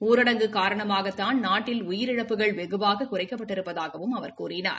ஊரடங்கு காரணமாகத்தான் நாட்டில் உயிரிழப்புகள் வெகுவாக குறைக்கப்பட்டிருப்பதாகவும் அவா கூறினார்